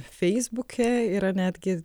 feisbuke yra netgi